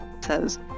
says